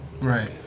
Right